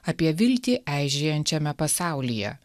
apie viltį eižėjančiame pasaulyje